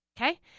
okay